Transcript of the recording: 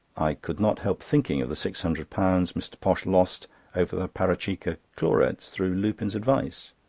i could not help thinking of the six hundred pounds mr. posh lost over the parachikka chlorates through lupin's advice.